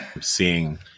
seeing